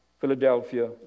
Philadelphia